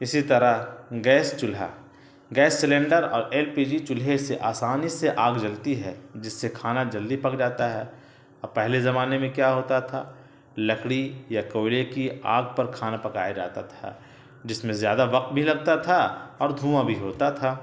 اسی طرح گیس چولہا گیس سلنڈر اور ایل پی جی چولہے سے آسانی سے آگ جلتی ہے جس سے کھانا جلدی پک جاتا ہے اور پہلے زمانے میں کیا ہوتا تھا لکڑی یا کوئلے کی آگ پر کھانا پکایا جاتا تھا جس میں زیادہ وقت بھی لگتا تھا اور دھواں بھی ہوتا تھا